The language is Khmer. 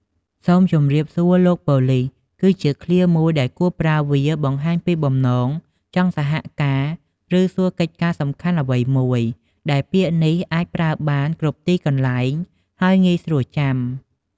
"សូមជម្រាបសួរ លោកប៉ូលិស" គឺជាឃ្លាមួយដែលគួរប្រើវាបង្ហាញពីបំណងចង់សហការឬសួរកិច្ចការសំខាន់អ្វីមួយ ដែលពាក្យនេះអាចប្រើបានគ្រប់ទីកន្លែងហើយងាយស្រួលចាំ។